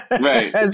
Right